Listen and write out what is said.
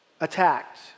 attacked